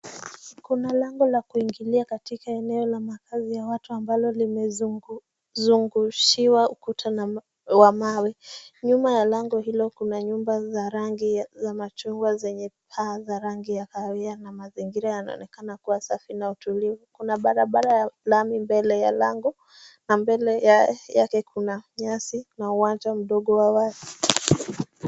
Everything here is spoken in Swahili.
Kuna lango la kuingilia katika eneo la makazi ya watu ambalo limezungushiwa ukuta wa mawe. Nyuma ya lango hilo kuna nyumba za rangi za machungwa zenye paa za rangi ya kahawia na mazingira yanaonekana kuwa safi na utulivu. Kuna barabara ya lami mbele ya lango na mbele yake kuna nyasi na uwanja mdogo wa watu.